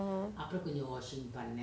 oh